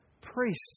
priests